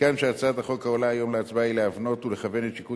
מכאן שהצעת החוק העולה היום להצבעה היא להבנות ולכוון את שיקול